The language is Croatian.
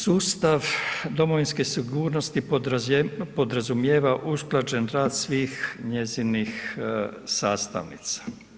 Sustav domovinske sigurnosti podrazumijeva usklađen rad svih njezinih sastavnica.